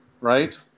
Right